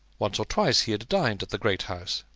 once or twice he had dined at the great house